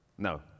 No